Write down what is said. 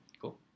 cool